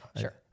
Sure